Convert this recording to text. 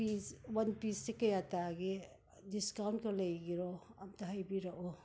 piece one ꯄꯤꯁꯁꯦ ꯀꯌꯥ ꯇꯥꯕꯒꯦ ꯗꯤꯁꯀꯥꯎꯟꯀ ꯂꯩꯕ꯭ꯔꯥ ꯑꯃꯨꯛꯇ ꯍꯥꯏꯕꯤꯔꯛꯑꯣ